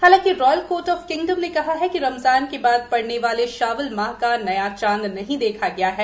हालांकि royal court of kingdom ने कहा है कि रमजान के बाद पड़ने वाले शावल माह का नया चांद नहीं देखा गया है